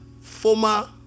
former